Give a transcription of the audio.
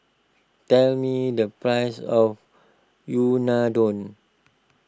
tell me the price of Unadon